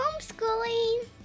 homeschooling